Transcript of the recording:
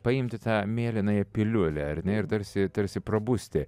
paimti tą mėlynąją piliulę ar ne ir tarsi tarsi prabusti